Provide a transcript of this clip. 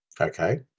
Okay